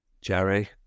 Jerry